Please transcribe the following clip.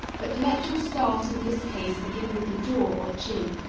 but let your start in this case begin with the jaw or chin.